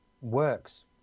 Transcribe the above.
works